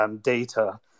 data